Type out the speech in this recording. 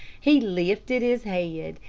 he lifted his head,